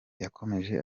yakomeje